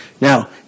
Now